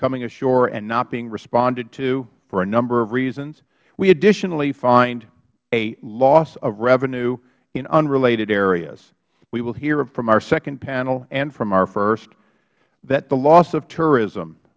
coming ashore and not being responded to for a number of reasons we additionally find a loss of revenue in unrelated areas we will hear from our second panel and from our first that the loss of tourism